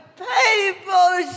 people